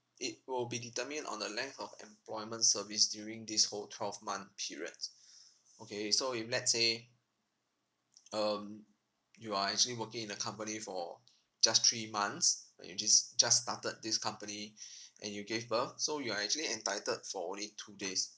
it will be determined on the length of employment service during these whole twelve month periods okay so if let's say um you are actually working in a company for just three months uh you just just started this company and you gave birth so you're actually entitled for only two days